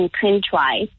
print-wise